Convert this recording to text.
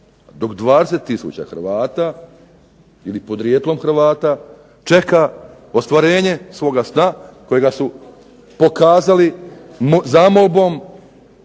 dok 20 tisuća Hrvata ili podrijetlom Hrvata čeka ostvarenje svoga sna kojega su pokazali zamolbom